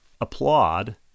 applaud